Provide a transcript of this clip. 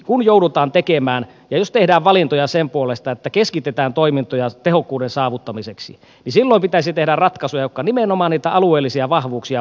kun joudutaan tekemään ja jos tehdään valintoja sen puolesta että keskitetään toimintoja tehokkuuden saavuttamiseksi niin silloin pitäisi tehdä ratkaisuja jotka nimenomaan niitä alueellisia vahvuuksia vahvistavat